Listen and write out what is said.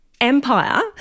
empire